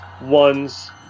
ones